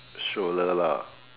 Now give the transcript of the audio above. stroller lah